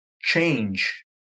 change